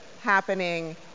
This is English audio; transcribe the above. happening